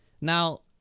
Now